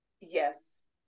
Yes